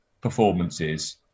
performances